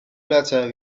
later